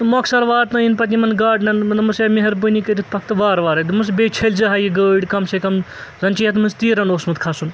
تہٕ مۄخصر واتنٲیِن پَتہٕ یِمَن گاڈنَن دوٚپمَس ہے مہربٲنی کٔرِتھ پکھ تہٕ وارٕ وارَے دوٚپمَس بیٚیہِ چھٔلۍ زِ ہا یہِ گٲڑۍ کَم سے کَم زَن چھے یَتھ منٛز تیٖرَن اوسمُت کھسُن